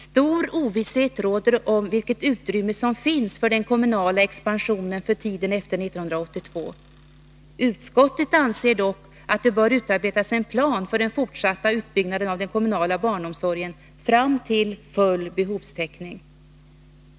Stor ovisshet råder om vilket utrymme som finns för den kommunala expansionen för tiden efter 1982. Utskottet anser dock att det bör utarbetas en plan för den fortsatta utbyggnaden av den kommunala barnomsorgen fram till full behovstäckning.